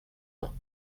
ans